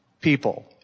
people